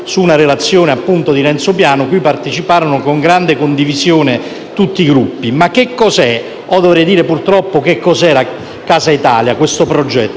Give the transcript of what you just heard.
su una relazione, appunto, di Renzo Piano, cui parteciparono con grande condivisione tutti i Gruppi. Ma che cos'è, o dovrei dire purtroppo che cos'era il progetto